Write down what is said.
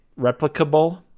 replicable